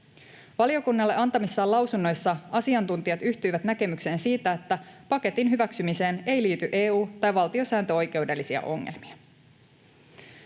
Valiokunnalle antamissaan lausunnoissa asiantuntijat yhtyivät näkemykseen siitä, että paketin hyväksymiseen ei liity EU- tai valtiosääntöoikeudellisia ongelmia.